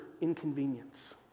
inconvenience